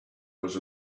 was